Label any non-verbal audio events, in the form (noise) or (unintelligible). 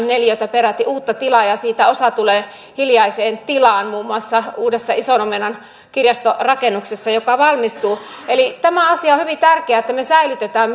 (unintelligible) neliötä uutta tilaa ja siitä osa tulee hiljaiseen tilaan muun muassa uudessa ison omenan kirjastorakennuksessa joka valmistuu tämä asia on hyvin tärkeä että me säilytämme (unintelligible)